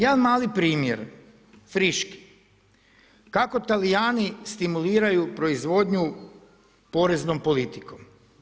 Jedan mali primjer, friški, kako Talijani stimuliraju proizvodnju poreznom politikom.